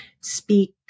speak